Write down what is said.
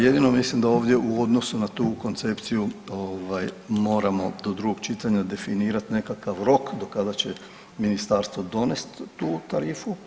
Jedino mislim da ovdje u odnosu na tu koncepciju ovaj moramo do drugog čitanja definirat nekakav rok do kada će ministarstvo donest tu tarifu.